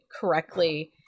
correctly